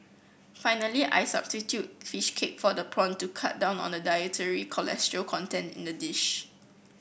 finally I substitute fish cake for the prawn to cut down on the dietary cholesterol content in the dish